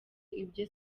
ibyo